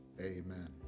amen